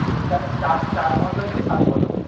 ওই চাট চাট মশলা দিয়ে সার্ভ করা হয়